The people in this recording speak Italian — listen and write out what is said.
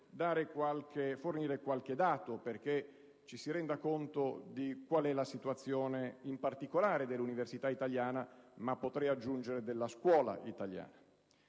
riguardo fornire qualche dato perché ci si renda conto di quale sia la situazione in particolare dell'università italiana, ma anche della scuola italiana.